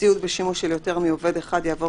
ציוד בשימוש של יותר מעובד אחד יעבור